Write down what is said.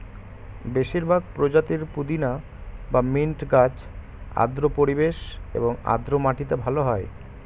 বেশিরভাগ প্রজাতির পুদিনা বা মিন্ট গাছ আর্দ্র পরিবেশ এবং আর্দ্র মাটিতে ভালো হয়